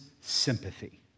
sympathy